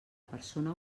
persona